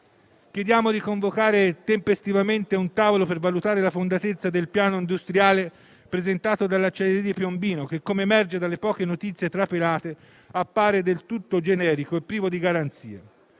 Chiediamo di convocare tempestivamente un tavolo per valutare la fondatezza del piano industriale presentato dall'acciaieria di Piombino, che, come emerge dalle poche notizie trapelate, appare del tutto generico e privo di garanzia.